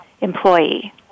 employee